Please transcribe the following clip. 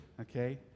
Okay